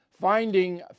Finding